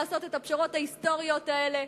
לעשות יותר את הפשרות ההיסטוריות האלה.